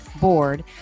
Board